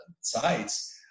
sites